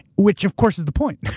which of course is the point.